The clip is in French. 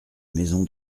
maison